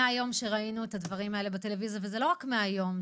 מהיום שראינו את זה בטלוויזיה וזה לא רק מהיום,